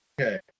Okay